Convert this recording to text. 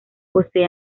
posee